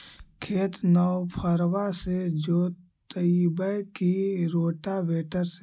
खेत नौफरबा से जोतइबै की रोटावेटर से?